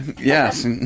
yes